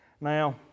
Now